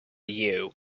you